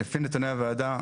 לפי נתוני הוועדה,